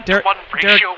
Derek